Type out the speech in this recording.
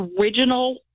original